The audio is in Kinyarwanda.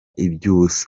iby’ubusa